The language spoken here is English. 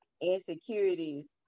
insecurities